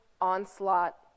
onslaught